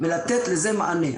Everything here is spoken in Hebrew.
ולתת לזה מענה.